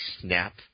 snap